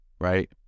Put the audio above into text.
Right